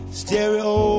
stereo